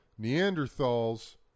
Neanderthals